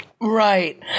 Right